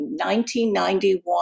1991